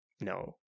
no